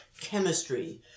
chemistry